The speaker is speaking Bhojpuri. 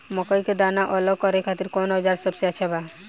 मकई के दाना अलग करे खातिर कौन औज़ार सबसे अच्छा बा?